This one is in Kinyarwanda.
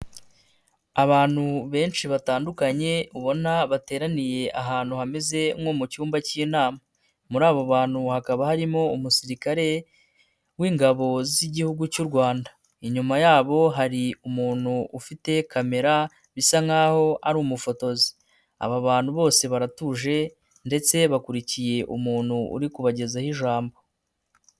Abantu benshi batandukanye, ubona bateraniye ahantu hameze nko mu cyumba cy'inama, muri abo bantu hakaba harimo umusirikare w'ingabo z'igihugu cy'u Rwanda. Inyuma yabo hari umuntu ufite kamera, bisa nkaho ari umufotozi, aba bantu bose baratuje ndetse bakurikiye umuntu uri kubagezaho ijambo.